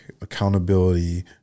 accountability